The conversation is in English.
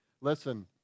listen